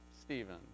Stephen